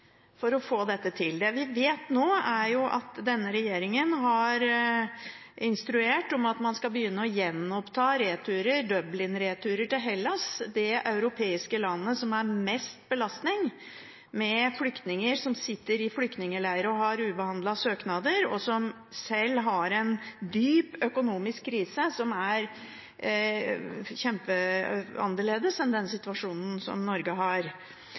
for å få dette til? Det vi vet nå, er at denne regjeringen har instruert om at man skal begynne å gjenoppta Dublin-returer til Hellas – det europeiske landet som har mest belastning, med flyktninger som sitter i flyktningleirer og har ubehandlede søknader, som selv har en dyp økonomisk krise, og som er i en veldig annerledes situasjon enn Norge er i. Så spørsmålet er igjen: Hvilke initiativ har